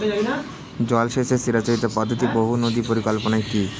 জল সেচের চিরাচরিত পদ্ধতি বহু নদী পরিকল্পনা কি?